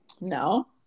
No